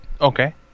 Okay